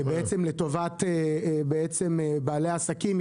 בעצם לטובת בעלי העסקים,